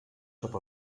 cap